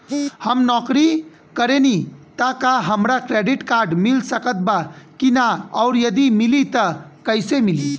हम नौकरी करेनी त का हमरा क्रेडिट कार्ड मिल सकत बा की न और यदि मिली त कैसे मिली?